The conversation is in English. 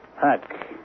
Pack